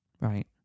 Right